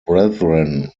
brethren